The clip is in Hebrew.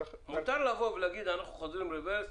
מותר לבוא ולהגיד: אנחנו חוזרים רברס,